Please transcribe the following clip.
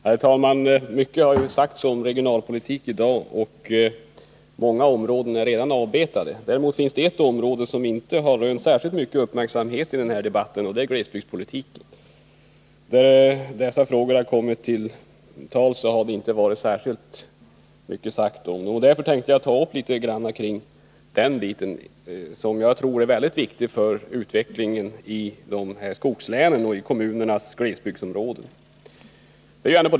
Herr talman! Mycket har ju i dag sagts om regionalpolitik, och många områden är redan avbetade. Ett område som däremot inte har rönt särskilt stor uppmärksamhet i denna debatt är glesbygdspolitiken. När glesbygdsfrågor har kommit på tal har inte särskilt mycket sagts. Jag vill därför något beröra några av dessa frågor, som är mycket viktiga för utvecklingen i skogslänen och i kommunernas glesbygdsområden.